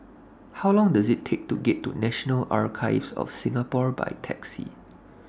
How Long Does IT Take to get to National Archives of Singapore By Taxi